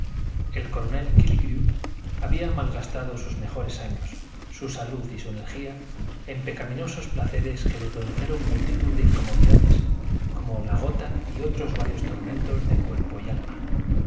el coronel kílligrew había malgastado sus mejores años su salud y su energía en pecaminosos placeres que le produjeron multitud de incomodidades como la gota y otros varios tormentos de cuerpo y alma